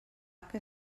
que